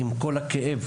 עם כל הכאב,